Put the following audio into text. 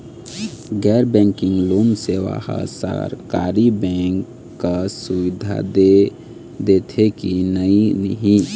गैर banking loan सेवा हा सरकारी बैंकिंग कस सुविधा दे देथे कि नई नहीं?